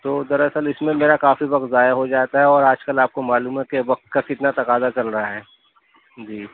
تو دراصل اس میں میرا کافی وقت ضائع ہو جاتا ہے اور آج کل آپ کو معلوم ہے کہ وقت کا کتنا تقاضا چل رہا ہے جی